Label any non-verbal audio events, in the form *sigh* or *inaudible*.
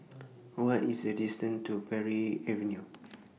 What IS The distance to Parry Avenue *noise*